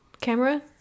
camera